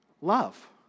love